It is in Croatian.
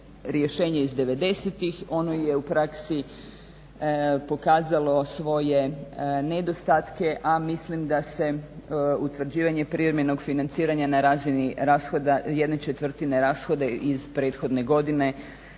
devedesetih. Ono je u praksi pokazalo svoje nedostatke, a mislim da se utvrđivanje privremenog financiranja na razini rashoda, jedne četvrtine rashoda iz prethodne godine